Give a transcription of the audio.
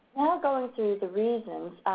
going through the reasons,